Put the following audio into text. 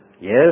Yes